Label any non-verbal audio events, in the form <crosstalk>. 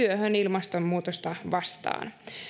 <unintelligible> ja työhön ilmastonmuutosta vastaan